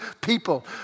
people